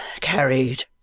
carried